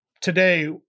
today